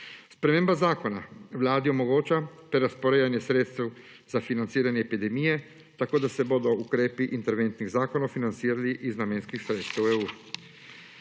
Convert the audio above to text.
Sprememba zakona Vladi omogoča prerazporejanje sredstev za financiranje epidemije, tako da se bodo ukrepi interventnih zakonov financirali iz namenskih sredstev EU.